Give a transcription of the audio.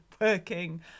working